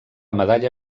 medalla